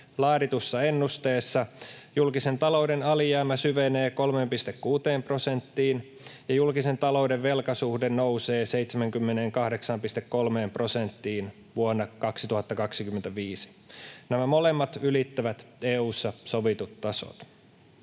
laaditussa ennusteessa julkisen talouden alijäämä syvenee 3,6 prosenttiin ja julkisen talouden velkasuhde nousee 78,3 prosenttiin vuonna 2025. Nämä molemmat ylittävät EU:ssa sovitut tasot.